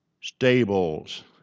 stables